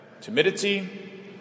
Timidity